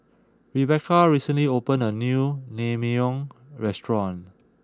Rebecca recently opened a new Naengmyeon restaurant